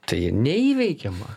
tai ir neįveikiama